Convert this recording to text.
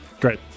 Great